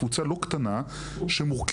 קבוצה לא קטנה שמורכבת,